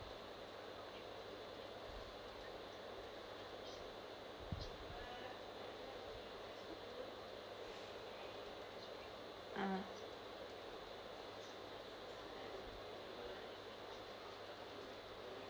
mm